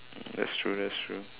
that's true that's true